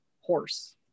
horse